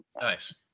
Nice